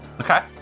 Okay